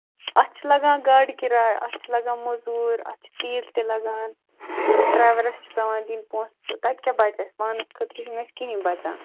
اَتھ چھُ لَگان گاڑِ کِراے اَتھ چھِ لَگان موٚزوٗرۍ اَتھ چھُ تیٖل تہِ لَگان ڈریورَس چھُ پٮ۪وان دِنۍ پۅنسہٕ تَتہِ کیٛاہ بَچہِ اَسہِ پانَس خٲطرٕ چھُنہٕ اَسہِ کِہیٖنٛۍ بَچان